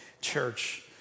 church